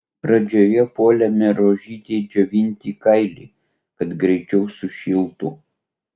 pradžioje puolėme rožytei džiovinti kailį kad greičiau sušiltų